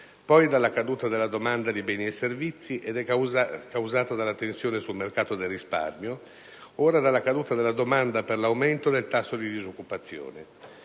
poi dalla caduta della domanda di beni e servizi, ed è stata causata prima dalla tensione sul mercato del risparmio, ora dalla caduta della domanda per l'aumento del tasso di disoccupazione.